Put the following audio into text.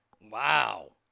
Wow